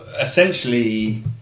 Essentially